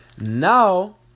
Now